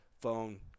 phone